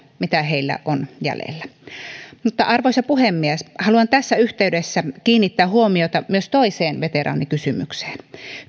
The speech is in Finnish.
mitä heillä on jäljellä arvoisa puhemies haluan tässä yhteydessä kiinnittää huomiota myös toiseen veteraanikysymykseen